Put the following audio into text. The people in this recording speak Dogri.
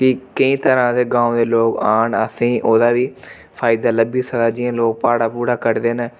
कि केईं तरह दे गांव दे लोग आन असेंगी ओह्दा बी फायदा लब्भी सकदा जियां लोग भाड़ा भूड़ा कड्ढदे न